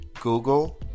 Google